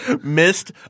Missed